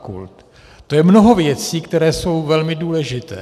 To je mnoho věcí, které jsou velmi důležité.